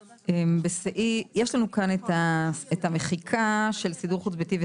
סעיף 4 מדבר על גידור תקציבי.